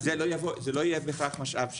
לא, זה לא יבוא, זה לא יהיה בהכרח משאב שלנו.